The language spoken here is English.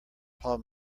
paul